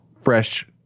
fresh